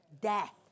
death